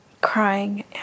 crying